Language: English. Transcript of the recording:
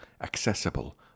accessible